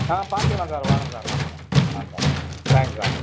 ஆ பார்த்துக்கலாம் சார் வாங்க சார் வாங்க சார் வாங்க சார் தேங்க்ஸ் சார்